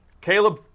Caleb